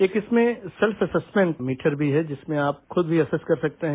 एक इसमें self assessment meter भी है जिसमें आप खुद भी एसेस कर सकते हैं